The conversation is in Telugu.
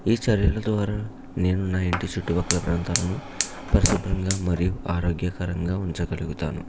ఈ చర్యలు ద్వారా నేను నా ఇంటి చుట్టుప్రక్కల ప్రాంతాలను పరిశుభ్రంగా మరియు ఆరోగ్యకరంగా ఉంచగలుగుతాను